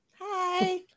Hi